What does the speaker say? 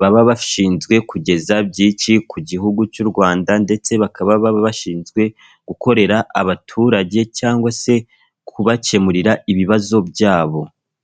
baba bashinzwe kugeza byinshi ku gihugu cy'u Rwanda ndetse bakaba baba bashinzwe gukorera abaturage cyangwa se kubakemurira ibibazo byabo.